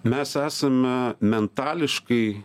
mes esame mentališkai